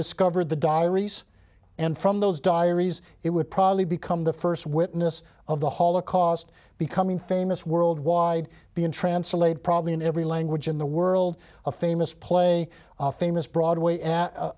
discovered the diaries and from those diaries it would probably become the first witness of the holocaust becoming famous worldwide being translated probably in every language in the world a famous play a famous broadway